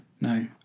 No